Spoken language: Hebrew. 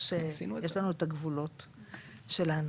יש לנו את הגבולות שלנו.